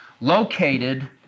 located